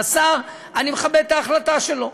והשר, אני מכבד את ההחלטה שלו.